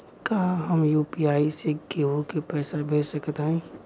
का हम यू.पी.आई से केहू के पैसा भेज सकत हई?